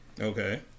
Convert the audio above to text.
Okay